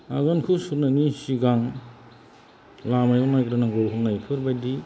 आगानखौ सुरनायनि सिगां लामायाव नायग्रोनांगौ होननायफोरबायदि